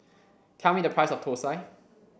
tell me the price of Thosai